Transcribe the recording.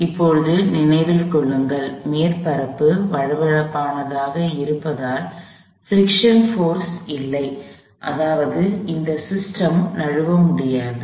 இப்போது நினைவில் கொள்ளுங்கள் மேற்பரப்பு வழவழப்பானதாக இருப்பதால் பிரிக்ஷன் போர்ஸ் இல்லை அதாவது இந்த சிஸ்டம் நழுவ முடியாது